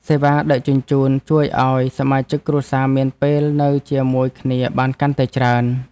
សេវាដឹកជញ្ជូន ជួយឱ្យសមាជិកគ្រួសារមានពេលនៅជាមួយគ្នាបានកាន់តែច្រើន។